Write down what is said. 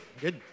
good